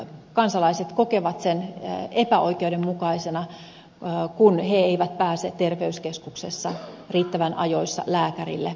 kansalaiset kokevat sen epäoikeudenmukaisena kun he eivät pääse terveyskeskuksessa riittävän ajoissa lääkärille